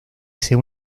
sea